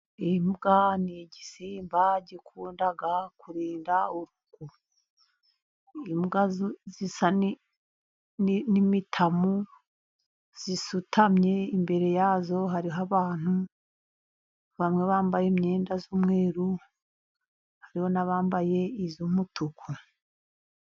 Imbwa ni gisimba gikunda kurinda. Imbwa zisa n' imitamu zisutamye imbere yazo, hariho abantu bamwe bambaye imyenda y' umweru, hari n' abambaye iz' umutuku.